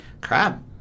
Crap